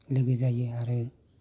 लोगो जायो आरो